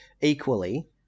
equally